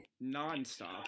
Non-stop